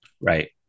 right